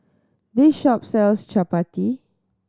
this shop sells Chapati